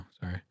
sorry